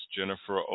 Jennifer